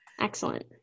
Excellent